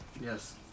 Yes